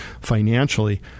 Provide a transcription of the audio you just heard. financially